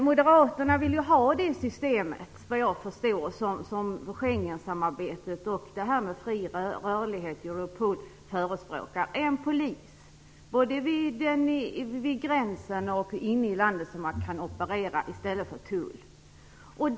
Moderaterna vill såvitt jag förstår ha det system som man i Schengensamarbetet och Europol förespråkar vad gäller fri rörlighet, med i stället för tull en polis som kan operera både vid gränsen och inne i landet.